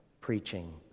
preaching